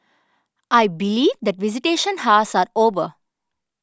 I believe that visitation hours are over